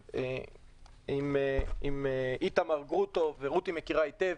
עם איתמר גרוטו ורותי מכירה היטב